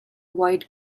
white